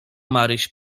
maryś